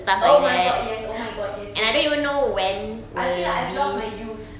oh my god yes oh my god yes yes I feel like I've lost my youth